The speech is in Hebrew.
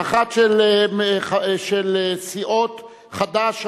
האחת של סיעות חד"ש,